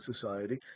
society